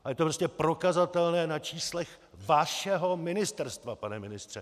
Je to prostě prokazatelné na číslech vašeho ministerstva, pane ministře.